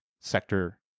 sector